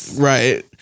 Right